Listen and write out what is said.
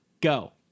go